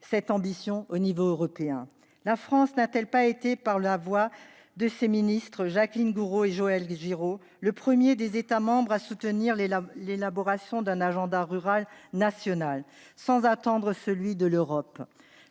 cette ambition au niveau européen ? La France n'a-t-elle pas été, par la voix de ses ministres Jacqueline Gourault et Joël Giraud, le premier des États membres à soutenir l'élaboration d'un agenda rural national, sans attendre celui de l'Europe ?